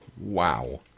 Wow